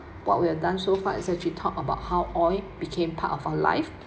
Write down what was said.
what we have done so far is actually talk about how oil became part of our life